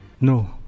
No